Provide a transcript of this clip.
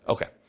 Okay